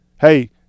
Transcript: Hey